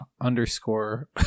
underscore